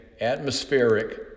atmospheric